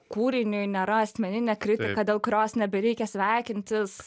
kūriniui nėra asmeninė kritika dėl kurios nebereikia sveikintis